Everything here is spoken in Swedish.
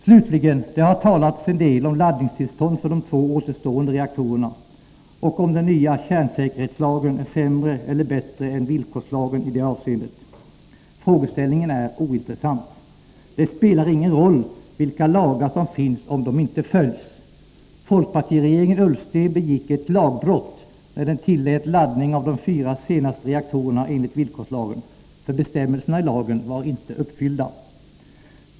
Slutligen: Det har talats en del om laddningstillstånd för de två återstående reaktorerna och om huruvida den nya kärnsäkerhetslagen är sämre eller bättre än villkorslagen i det avseendet. Frågeställningen är ointressant. Det spelar ingen roll vilka lagar som finns, om de inte följs. Folkpartiregeringen Ullsten begick ett lagbrott, när den tillät laddning av de fyra senaste reaktorerna enligt villkorslagen, för bestämmelserna i lagen var inte uppfyllda.